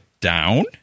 down